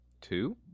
Two